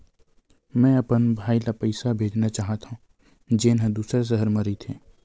मेंहा अपन भाई ला पइसा भेजना चाहत हव, जेन हा दूसर शहर मा रहिथे